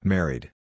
Married